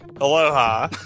Aloha